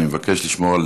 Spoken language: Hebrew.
אני מבקש לשמור על